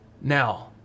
Now